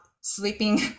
sleeping